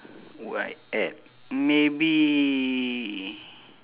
would I add maybe